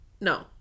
no